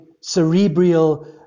cerebral